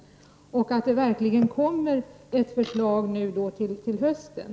Jag hoppas att det verkligen kommer ett förslag till hösten.